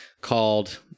called